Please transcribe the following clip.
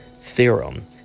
theorem